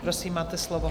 Prosím, máte slovo.